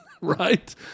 right